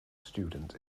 student